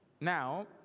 Now